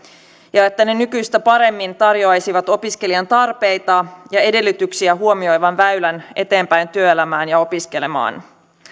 ja että ne nykyistä paremmin tarjoaisivat opiskelijan tarpeita ja edellytyksiä huomioivan väylän eteenpäin työelämään ja opiskelemaan